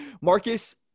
Marcus